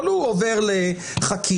אבל הוא עובר לחקירה,